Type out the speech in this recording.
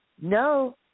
No